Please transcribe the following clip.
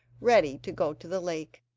ready to go to the lake.